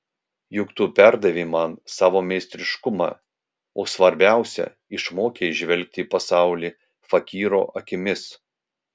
juk tu perdavei man savo meistriškumą o svarbiausia išmokei žvelgti į pasaulį fakyro akimis